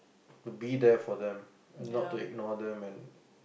to be there for them and not to ignore them and